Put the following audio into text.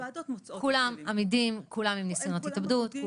כולם עמידים, כולם עם ניסיונות התאבדות.